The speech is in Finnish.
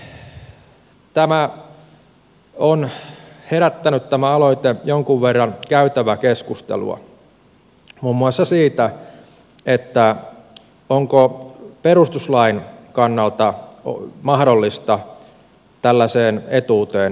tämä aloite on herättänyt jonkun verran käytäväkeskustelua muun muassa siitä onko perustuslain kannalta mahdollista tällaiseen etuuteen puuttua